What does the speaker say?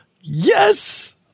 Yes